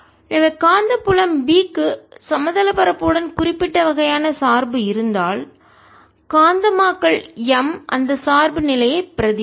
எனவே காந்தப்புலம் B க்கு சமதள பரப்பு தட்டையான பரப்பு உடன் குறிப்பிட்ட வகையான சார்பு இருந்தால் காந்தமாக்கல் m அந்த சார்பு நிலையை பிரதிபலிக்கும்